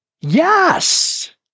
Yes